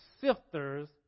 sifters